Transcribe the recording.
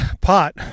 pot